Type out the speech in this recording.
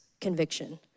conviction